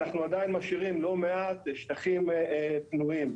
אנחנו עדיין משאירים לא מעט שטחים פנויים.